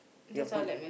your phone